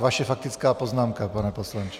Vaše faktická poznámka, pane poslanče.